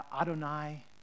Adonai